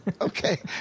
okay